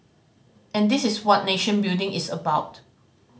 and this is what nation building is about